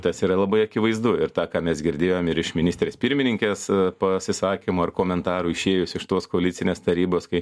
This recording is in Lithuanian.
tas yra labai akivaizdu ir tą ką mes girdėjom ir iš ministrės pirmininkės pasisakymo ir komentarų išėjus iš tos koalicinės tarybos kai